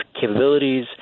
capabilities